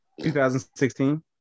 2016